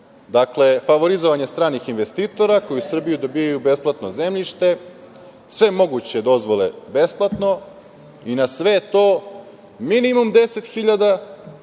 dakle favorizovanje stranih investitora koji u Srbiji dobijaju besplatno zemljište, sve moguće dozvole besplatno i na sve to minimum 10.000,